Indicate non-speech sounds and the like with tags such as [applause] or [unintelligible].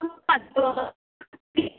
[unintelligible]